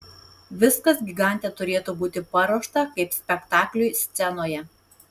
viskas gigante turėtų būti paruošta kaip spektakliui scenoje